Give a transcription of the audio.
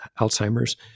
Alzheimer's